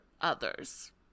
others